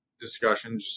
discussion